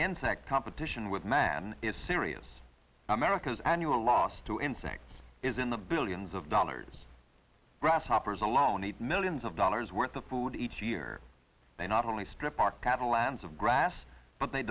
insect competition with man is serious america's annual loss to insects is in the billions of dollars grasshoppers alone eat millions of dollars worth of food each year they not only strip our cattle lambs of grass but they